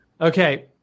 Okay